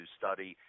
study